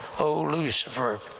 o lucifer,